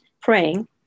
praying